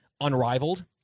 unrivaled